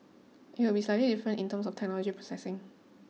it would be slightly different in terms of technology processing